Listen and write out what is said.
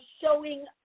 showing